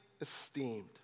esteemed